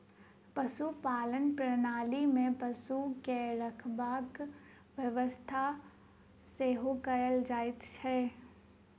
पशुपालन प्रणाली मे पशु के रखरखावक व्यवस्था सेहो कयल जाइत छै